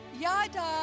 Yada